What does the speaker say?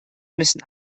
müssen